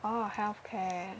orh healthcare